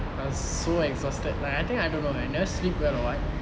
I was so exhausted like I think I don't know eh never sleep well or what